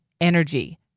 energy